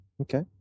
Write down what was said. Okay